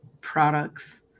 products